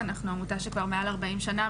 אני חושבת שכבר צריך לשנות את הנהלים,